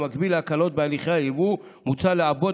במקביל להקלות בהליכי היבוא מוצע לעבות